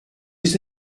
his